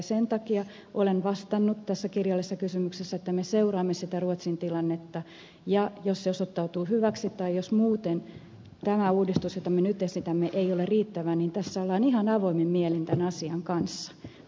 sen takia olen vastannut tässä kirjallisessa kysymyksessä että me seuraamme sitä ruotsin tilannetta ja jos se osoittautuu hyväksi tai jos muuten tämä uudistus jota me nyt esitämme ei ole riittävä niin tässä ollaan ihan avoimin mielin tämän asian kanssa